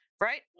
Right